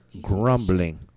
grumbling